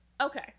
Okay